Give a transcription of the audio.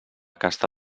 casta